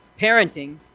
Parenting